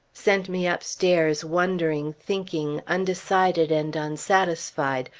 sent me upstairs wondering, thinking, undecided, and unsatisfied,